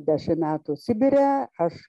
dešimt metų sibire aš